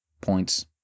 points